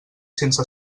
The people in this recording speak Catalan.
sense